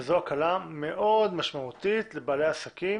וזו הקלה מאוד משמעותית לבעלי העסקים